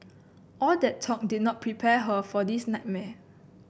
all that talk did not prepare her for this nightmare